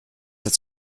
das